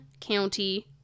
County